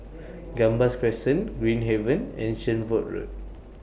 Gambas Crescent Green Haven and Shenvood Road